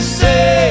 say